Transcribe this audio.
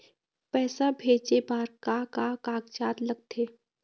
पैसा भेजे बार का का कागजात लगथे?